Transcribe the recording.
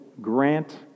grant